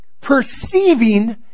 perceiving